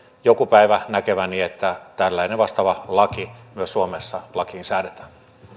joku päivä näkeväni että tällainen vastaava laki myös suomessa säädetään